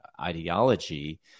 ideology